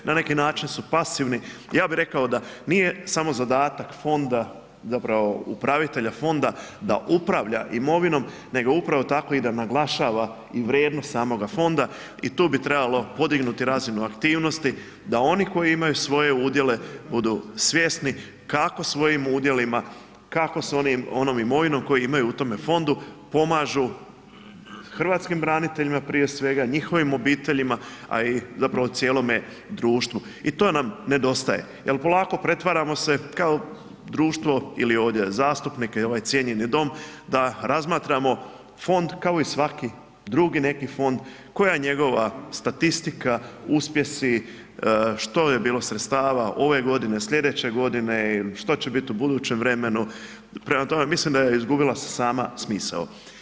Na neki način su pasivni, ja bih rekao da nije samo zadatak Fonda, zapravo upravitelja Fonda da upravlja imovinom, nego upravo tako, da i naglašava i vrijednost samoga Fonda i tu bi trebalo podignuti razinu aktivnosti da oni koji imaju svoje udjele budu svjesni kako svojim udjelima, kako s onom imovinom koji imaju u tome Fondu pomažu hrvatskim braniteljima prije svega, njihovim obiteljima, a i zapravo cijelome društvo i to nam nedostaje jer polako pretvaramo se kao društvo ili ovdje zastupnike i ovaj cijenjeni Dom da razmatramo Fond kao i svaki drugi neki fond, koja je njegova statistika, uspjesi, što je bilo sredstava, ove godine, sljedeće godine, što će biti u budućem vremenu, prema tome, mislim da je izgubila sama smisao.